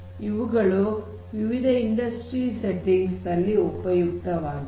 ಇವುಗಳು ವಿವಿಧ industrial settings ಉಪಯುಕ್ತವಾಗಿವೆ